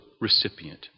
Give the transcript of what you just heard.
recipient